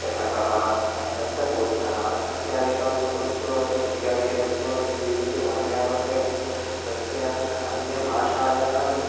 चषकः दन्तकूर्चः इत्यादिकं वस्तून् इत्यादीनि वस्तूनि स्वीकृत्य पाठयामश्चेत् तस्य अन्यभाषायाम्